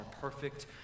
perfect